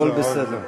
הכול בסדר.